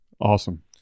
Awesome